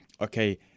okay